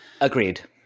Agreed